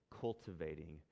Cultivating